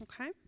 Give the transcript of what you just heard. Okay